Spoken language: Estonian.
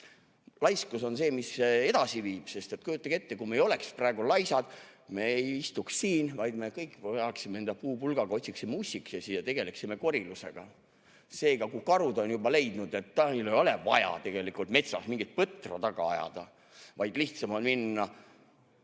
Laiskus on see, mis edasi viib, sest kujutage ette, kui me ei oleks praegu laisad, siis me ei istuks siin, vaid me kõik veaksime puupulgaga, otsiksime ussikesi ja tegeleksime korilusega. Seega, karud on juba leidnud, et neil ei ole vaja tegelikult metsas mingit põtra taga ajada, vaid lihtsam on minna